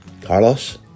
Carlos